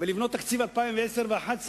ולבנות את תקציב 2010 ו-2011